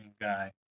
guy